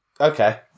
Okay